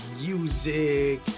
music